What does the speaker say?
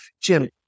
Jim